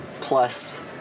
plus